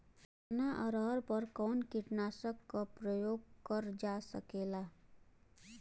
चना अरहर पर कवन कीटनाशक क प्रयोग कर जा सकेला?